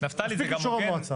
מספיק אישור המועצה.